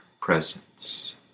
presence